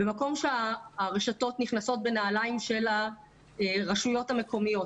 במקום שהרשתות נכנסות בנעליי הרשויות המקומיות